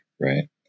right